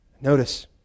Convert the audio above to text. Notice